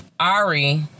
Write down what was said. Ari